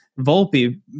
Volpe